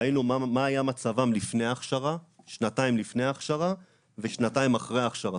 ראינו מה היה מצבם שנתיים לפני ההכשרה ושנתיים אחרי ההכשרה.